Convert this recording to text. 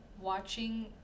watching